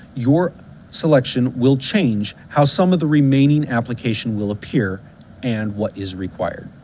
your selection will change how some of the remaining application will appear and what is required.